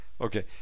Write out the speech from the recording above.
Okay